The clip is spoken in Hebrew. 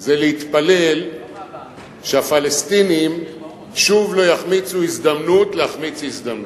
זה להתפלל שהפלסטינים שוב לא יחמיצו הזדמנות להחמיץ הזדמנות,